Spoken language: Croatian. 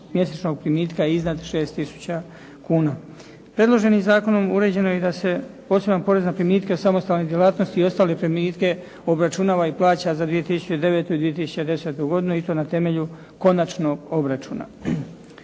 mjesečnog primitka iznad 6 tisuća kuna. Predloženim zakonom uređeno je i da se poseban porez na primitke od samostalne djelatnosti i ostale primitke obračunava i plaća za 2009. i 2010. godinu i to na temelju konačnog obračuna.